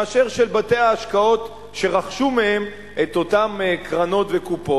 מאשר של בתי-ההשקעות שרכשו מהם את אותן קרנות וקופות,